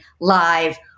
live